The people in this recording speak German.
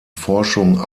forschung